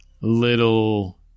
little